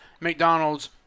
McDonald's